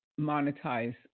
monetize